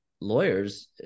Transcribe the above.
lawyers